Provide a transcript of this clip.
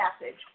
message